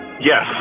Yes